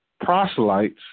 proselytes